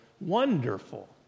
wonderful